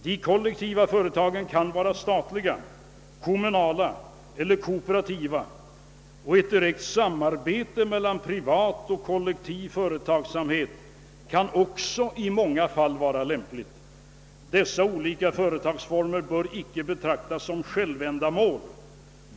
De kollektiva företagen kan vara statliga, kommunala eller kooperativa, och ett direkt samarbete mellan privat och kollektiv företagsamhet kan också i många fall vara lämpligt. Dessa olika företagsformer bör inte betraktas som självändamål.